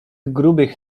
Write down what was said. grubych